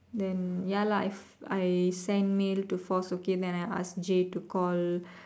then ya lah I I send mail to force okay then I ask J to call